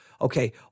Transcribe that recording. Okay